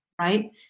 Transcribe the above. right